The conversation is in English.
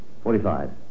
Forty-five